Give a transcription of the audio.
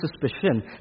suspicion